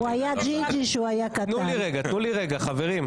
תנו לי רגע, חברים.